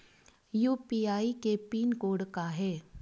UPI के pin code का हे?